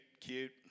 cute